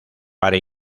para